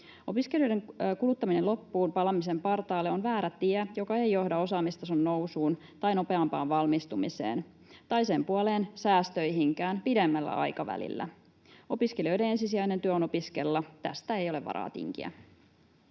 Opiskelijoiden kuluttaminen loppuunpalamisen partaalle on väärä tie, joka ei johda osaamistason nousuun tai nopeampaan valmistumiseen tai sen puoleen säästöihinkään pidemmällä aikavälillä. Opiskelijoiden ensisijainen työ on opiskella. Tästä ei ole varaa tinkiä.